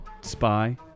spy